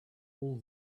all